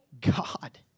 God